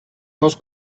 meus